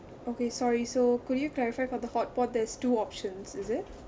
okay sorry so could you clarify for the hotpot there's two options is it